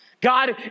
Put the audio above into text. God